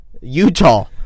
Utah